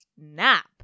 nap